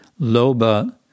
loba